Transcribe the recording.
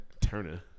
Turner